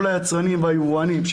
כל היצרנים והיבואנים,